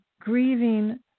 grieving